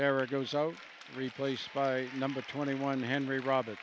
geragos out replaced by number twenty one henry robert